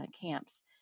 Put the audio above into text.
camps